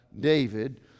david